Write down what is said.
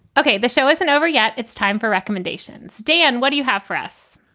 ok. the show isn't over yet. it's time for recommendations. dan, what do you have for us?